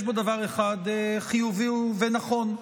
יש בו דבר אחד חיובי ונכון,